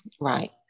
Right